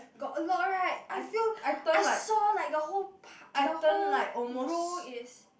got a lot right I feel I saw like the whole park the whole row is